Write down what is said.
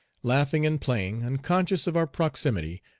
laughing and playing, unconscious of our proximity,